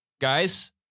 guys